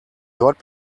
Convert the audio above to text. dort